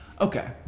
Okay